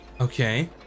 Okay